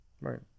right